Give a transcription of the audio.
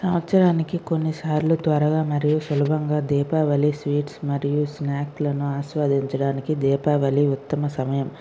సంవత్సరానికి కొన్నిసార్లు త్వరగా మరియు సులభంగా దీపావళి స్వీట్స్ మరియు స్నాక్ లను ఆస్వాదించడానికి దీపావళి ఉత్తమ సమయం